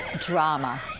Drama